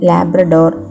Labrador